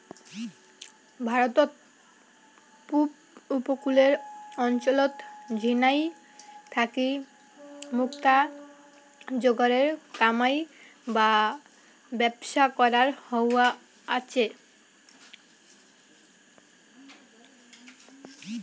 ভারতত পুব উপকূলের অঞ্চলত ঝিনাই থাকি মুক্তা যোগারের কামাই বা ব্যবসা করা হয়া আচে